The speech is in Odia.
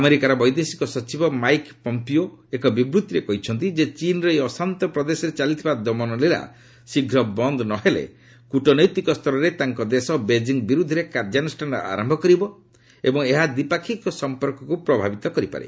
ଆମେରିକାର ବୈଦେଶିକ ସଚିବ ମାଇକ ପମ୍ପିଓ ଏକ ବିବୃତ୍ତିରେ କହିଛନ୍ତି ଯେ ଚୀନ୍ର ଏହି ଅଶାନ୍ତ ପ୍ରଦେଶରେ ଚାଲିଥିବା ଦମନଲୀଳା ଶୀଘ୍ର ବନ୍ଦ ନ ହେଲେ କୂଟନୈତିକ ସ୍ତରରେ ତାଙ୍କ ଦେଶ ବେଜିଂ ବିରୁଦ୍ଧରେ କାର୍ଯ୍ୟାନୁଷ୍ଠାନ ଆରମ୍ଭ କରିବ ଏବଂ ଏହା ଦ୍ୱିପାକ୍ଷିକ ସଂପର୍କକୁ ପ୍ରଭାବିତ କରିପାରେ